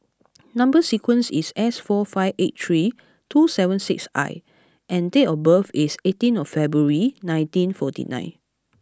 number sequence is S four five eight three two seven six I and date of birth is eighteen of February nineteen forty nine